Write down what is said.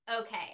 okay